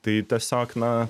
tai tiesiog na